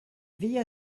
veillez